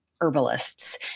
herbalists